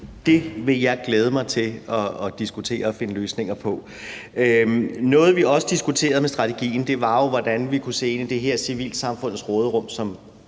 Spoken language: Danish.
Det vil jeg glæde mig til at diskutere og finde løsninger på. Noget, vi også diskuterede i forbindelse med strategien, var jo, hvordan vi kunne se ind i det her med civilsamfundets råderum, som